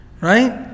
Right